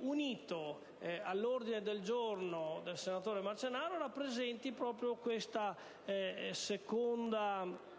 unito all'ordine del giorno del senatore Marcenaro, rappresenti proprio questa seconda